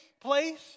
place